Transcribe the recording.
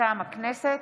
מטעם הכנסת,